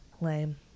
Lame